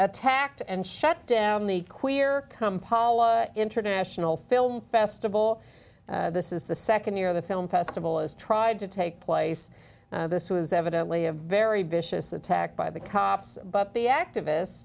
attacked and shut down the queer come pala international film festival this is the nd year the film festival is tried to take place this was evidently a very vicious attack by the cops but the activists